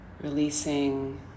Releasing